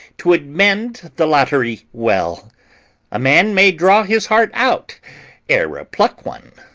twould mend the lottery well a man may draw his heart out ere a pluck one.